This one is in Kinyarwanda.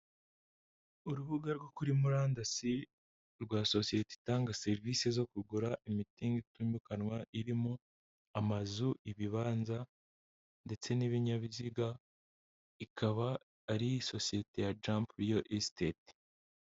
Urubuga rwo kuri murandasi rwa sosiyete itanga serivisi zo kugura imitungo itimukanwa, irimo amazu, ibibanza ndetse n'ibinyabiziga, ikaba ari isosiyete ya Jump Real Estate.